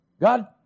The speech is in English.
God